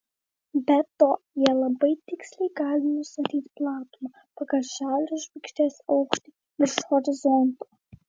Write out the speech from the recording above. be to jie labai tiksliai gali nustatyti platumą pagal šiaurės žvaigždės aukštį virš horizonto